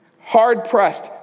Hard-pressed